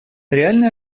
реальной